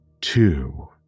Two